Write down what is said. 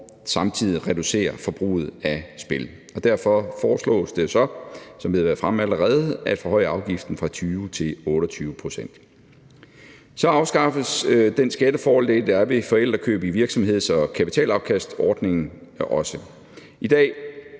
samtidig reducere forbruget af spil. Derfor foreslås det så, som det allerede har været fremme, at forhøje afgiften fra 20 pct. til 28 pct. Så afskaffes også den skattefordel, der er ved forældrekøb i virksomheds- og kapitalafkastordningen. I dag